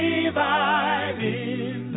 Reviving